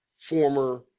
former